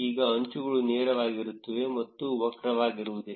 ಈಗ ಅಂಚುಗಳು ನೇರವಾಗಿರುತ್ತವೆ ಮತ್ತು ವಕ್ರವಾಗಿರುವುದಿಲ್ಲ